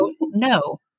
no